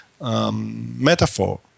metaphor